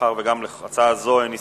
מאחר שגם להצעה זו אין הסתייגויות,